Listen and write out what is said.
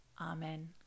Amen